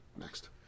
next